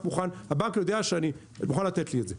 הבנק יודע, מוכן לתת לי את זה.